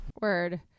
Word